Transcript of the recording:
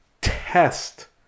test